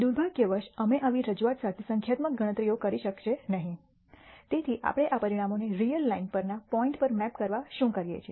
દુર્ભાગ્યવશ અમે આવી રજૂઆત સાથે સંખ્યાત્મક ગણતરીઓ કરી શકશે નહીં તેથી આપણે આ પરિણામોને રીયલ લાઇન પરના પોઇન્ટ પર મેપ કરવા શું કર્યે છે